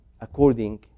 according